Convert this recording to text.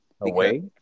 Away